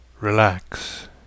relax